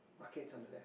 bucket is on your left